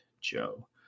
Joe